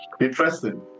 Interesting